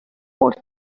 fourth